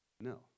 No